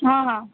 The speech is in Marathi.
हां हां